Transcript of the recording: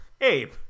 abe